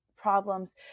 problems